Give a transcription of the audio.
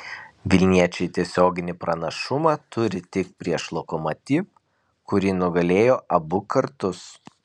vilniečiai tiesioginį pranašumą turi tik prieš lokomotiv kurį nugalėjo abu kartus